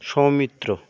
Soumitra